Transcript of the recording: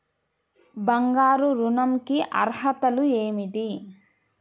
బంగారు ఋణం కి అర్హతలు ఏమిటీ?